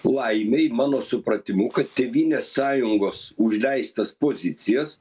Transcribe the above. laimei mano supratimu kad tėvynės sąjungos užleistas pozicijas